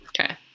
Okay